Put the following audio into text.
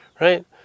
right